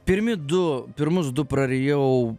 pirmi du pirmus du prarijau